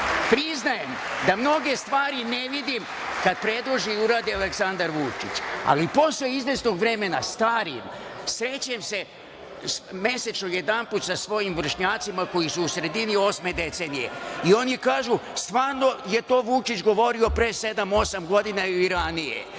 priznajem da mnoge stvari ne vidim kad predloži i uradi Aleksandar Vučić, ali posle izvesnog vremena starim, srećem se mesečno jedanput sa svojim vršnjacima koji su u sredini osme decenije i oni kažu - stvarno je to Vučić govorio pre sedam ili osam godina i ranije.